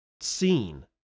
seen